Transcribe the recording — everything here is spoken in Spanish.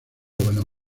buenos